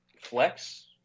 flex